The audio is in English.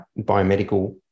biomedical